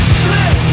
slip